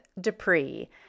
Dupree